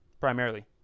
primarily